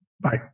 Bye